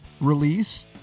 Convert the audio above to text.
release